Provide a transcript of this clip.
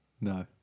No